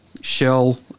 Shell